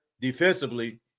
defensively